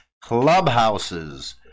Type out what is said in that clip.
clubhouses